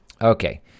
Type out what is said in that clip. Okay